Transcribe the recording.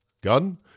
Gun